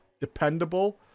dependable